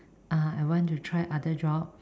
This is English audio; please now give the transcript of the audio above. uh I want to try other jobs